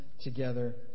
together